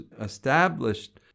established